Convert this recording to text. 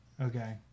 Okay